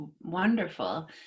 wonderful